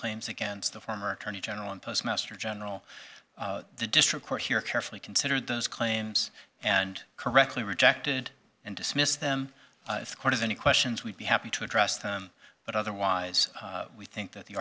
claims against the former attorney general and postmaster general the district court here carefully considered those claims and correctly rejected and dismissed them as any questions we'd be happy to address them but otherwise we think that the